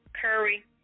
Curry